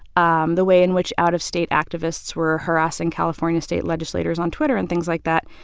um the way in which out-of-state activists were harassing california state legislators on twitter and things like that.